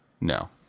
No